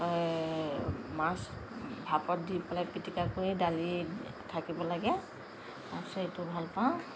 মাছ ভাপত দি পেলাই পিটিকা কৰি দালি থাকিব লাগে তাৰপিছত এইটো ভাল পাওঁ